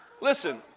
Listen